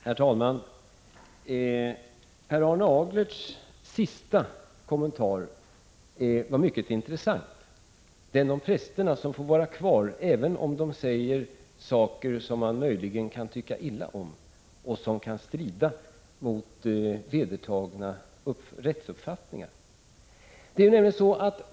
Herr talman! Per Arne Aglerts sista kommentar är mycket intressant. Det gäller de präster som får vara kvar, även om de säger saker som man möjligen kan tycka illa om och som kan strida mot vedertagna rättsuppfattningar.